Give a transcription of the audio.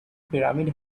pyramids